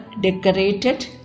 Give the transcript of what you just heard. decorated